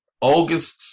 August